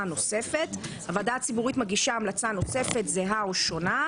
נוספת; הוועדה הציבורית מגישה המלצה נוספת זהה או שונה,